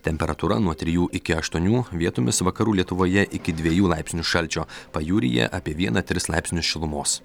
temperatūra nuo trijų iki aštuonių vietomis vakarų lietuvoje iki dviejų laipsnių šalčio pajūryje apie vieną tris laipsnius šilumos